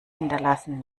hinterlassen